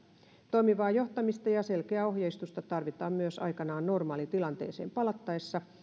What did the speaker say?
toimivaa johtamista ja selkeää ohjeistusta tarvitaan myös aikanaan normaaliin tilanteeseen palattaessa